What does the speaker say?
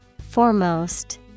Foremost